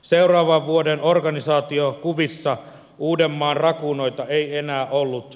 seuraavan vuoden organisaatiokuvissa uudenmaan rakuunoita ei enää ollut